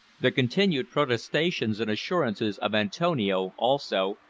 the continued protestations and assurances of antonio, also,